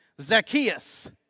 Zacchaeus